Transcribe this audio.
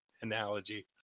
analogy